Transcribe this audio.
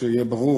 שיהיה ברור,